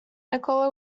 nikola